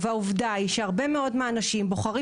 העובדה היא שהרבה מאוד מהאנשים בוחרים